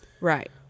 right